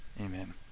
amen